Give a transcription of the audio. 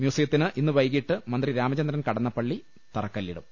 മ്യൂസിയത്തിന് ഇന്ന് വൈകീട്ട് മന്ത്രി രാമചന്ദ്രൻ കടന്നപ്പള്ളി തറക്കല്ലിടും